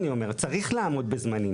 צריך לעמוד בזמנים,